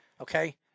Okay